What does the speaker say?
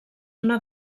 una